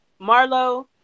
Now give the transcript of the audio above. Marlo